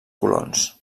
colons